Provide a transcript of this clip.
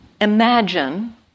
imagine